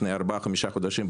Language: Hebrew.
לפני ארבעה-חמישה חודשים,